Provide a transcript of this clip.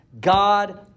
God